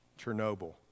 Chernobyl